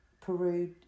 Peru